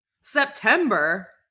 September